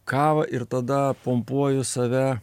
kavą ir tada pumpuoju save